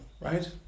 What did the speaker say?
right